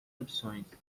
opções